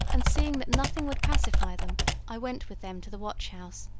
and seeing that nothing would pacify them i went with them to the watch-house,